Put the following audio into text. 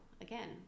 again